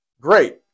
Great